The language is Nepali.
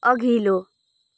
अघिल्लो